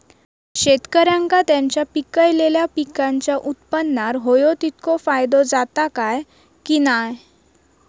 शेतकऱ्यांका त्यांचा पिकयलेल्या पीकांच्या उत्पन्नार होयो तितको फायदो जाता काय की नाय?